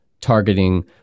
targeting